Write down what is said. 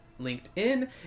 LinkedIn